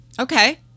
Okay